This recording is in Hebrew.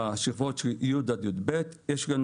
בשכבות של י'-יב' יש לנו